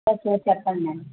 yes yeah చెప్పండి ma'am